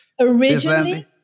Originally